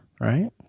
right